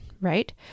right